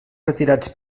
retirats